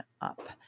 up